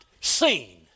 seen